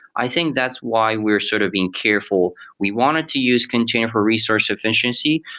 i think that's why we're sort of being careful. we wanted to use container for resource efficiency,